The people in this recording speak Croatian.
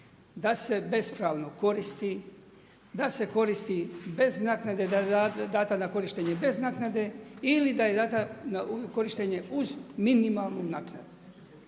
da se bespravno koristi, da se koristi da je dana bez naknade na korištenje ili da je dana uz korištenje uz minimalnu naknadu.